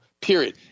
period